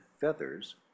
feathers